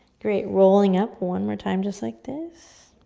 great, rolling up one more time just like this.